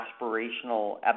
aspirational